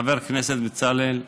חבר הכנסת בצלאל,